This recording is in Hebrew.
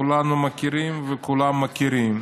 כולנו מכירים וכולם מכירים.